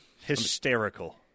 Hysterical